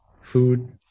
food